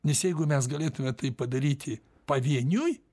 nes jeigu mes galėtume tai padaryti pavieniui